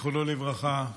זיכרונו לברכה,